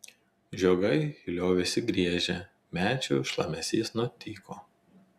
žiogai liovėsi griežę medžių šlamesys nutyko